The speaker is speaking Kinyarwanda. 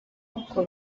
kuko